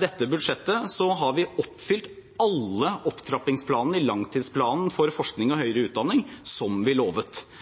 dette budsjettet har vi oppfylt alle opptrappingsplaner i langtidsplanen for forskning og